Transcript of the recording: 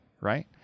right